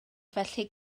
felly